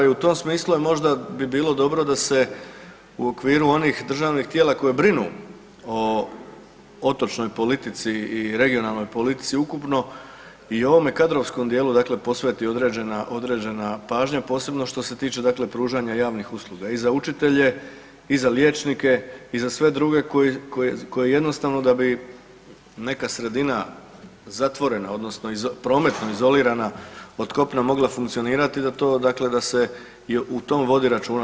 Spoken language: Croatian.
I u tom smislu možda bi bilo dobro da se u okviru onih državnih tijela koja brinu o otočnoj politici i regionalnoj politici ukupno i ovome kadrovskom dijelu posveti određena pažnja, posebno što se tiče pružanja javnih usluga i za učitelje i za liječnike i za sve druge koji jednostavno da bi neka sredina zatvorena odnosno prometno izolirana od kopna mogla funkcionirati da se o tom vodi računa.